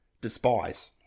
despise